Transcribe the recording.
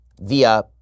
via